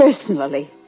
Personally